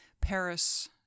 Paris